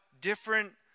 different